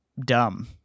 dumb